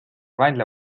välja